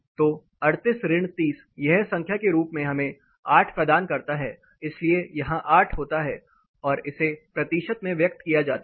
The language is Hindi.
तो 38 ऋण 30 यह संख्या के रूप में हमें 8 प्रदान करता है इसलिए यहां आठ होता है और इसे प्रतिशत में व्यक्त किया जाता है